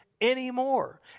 anymore